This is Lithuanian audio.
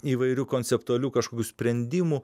įvairių konceptualių kažkokių sprendimų